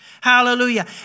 Hallelujah